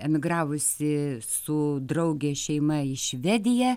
emigravusi su draugės šeima į švediją